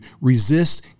resist